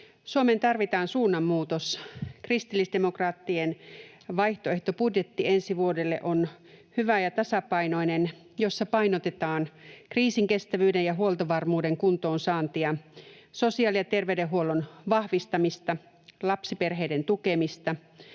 Suomeen tarvitaan suunnanmuutos. Kristillisdemokraattien vaihtoehtobudjetti ensi vuodelle on hyvä ja tasapainoinen, ja siinä painotetaan kriisinkestävyyden ja huoltovarmuuden kuntoon saantia, sosiaali- ja terveydenhuollon vahvistamista, lapsiperheiden tukemista,